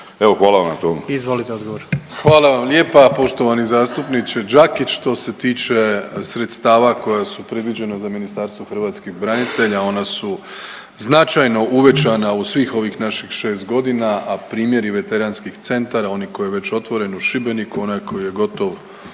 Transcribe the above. **Plenković, Andrej (HDZ)** Hvala vam lijepa poštovani zastupniče Đakić. Što se tiče sredstava koja su predviđena za Ministarstvo hrvatskih branitelja ona su značajno uvećana u svih ovih naših 6 godina, a primjeri veteranskih centara, oni koji već otvoren u Šibeniku, onaj koji je gotov